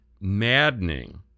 maddening